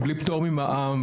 ובלי פטור ממע"מ,